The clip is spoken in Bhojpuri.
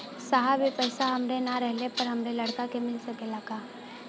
साहब ए पैसा हमरे ना रहले पर हमरे लड़का के मिल सकेला का?